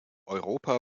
europa